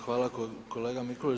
Hvala kolega Mikulić.